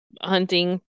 hunting